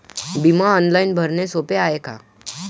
बिमा ऑनलाईन भरनं सोप हाय का?